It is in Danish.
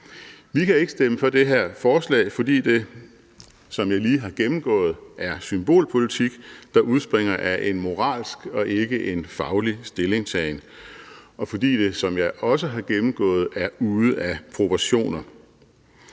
Vi kan ikke stemme for det her forslag, fordi det, som jeg lige har gennemgået, er symbolpolitik, der udspringer af en moralsk og ikke en faglig stillingtagen, og fordi det, som jeg også har gennemgået, er ude af proportioner.